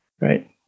right